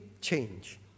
change